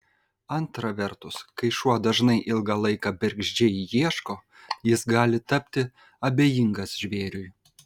antra vertus kai šuo dažnai ilgą laiką bergždžiai ieško jis gali tapti abejingas žvėriui